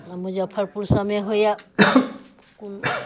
मुजफ्फरपुर सबमे होइए कोन